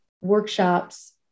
workshops